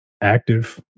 active